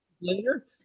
later